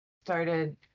started